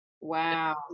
Wow